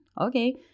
okay